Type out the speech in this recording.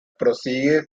prosigue